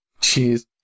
Jeez